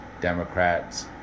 Democrats